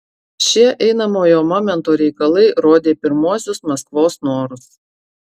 šie einamojo momento reikalai rodė pirmuosius maskvos norus